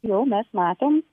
jau mes matom